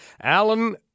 Alan